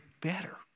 better